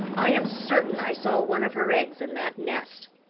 i am certain i saw one of her eggs in that nest.